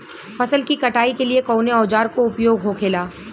फसल की कटाई के लिए कवने औजार को उपयोग हो खेला?